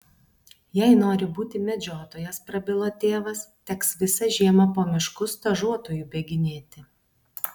jei nori būti medžiotojas prabilo tėvas teks visą žiemą po miškus stažuotoju bėginėti